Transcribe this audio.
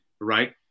right